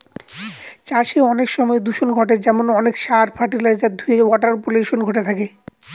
চাষে অনেক সময় দূষন ঘটে যেমন অনেক সার, ফার্টিলাইজার ধূয়ে ওয়াটার পলিউশন ঘটে থাকে